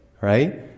right